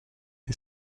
des